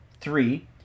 Three